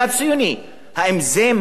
האם זה מה שאנחנו רוצים,